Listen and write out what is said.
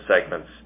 segments